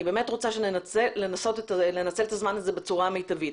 באמת רוצה שננסה לנצל את הזמן הזה בצורה המיטבית.